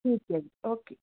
ਠੀਕ ਹੈ ਜੀ ਓਕੇ